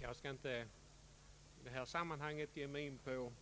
Jag skall i detta sammanhang inte ge mig in på